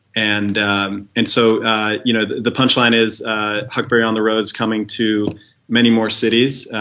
and and so you know the punch line is ah huckberry on the road is coming to many more cities.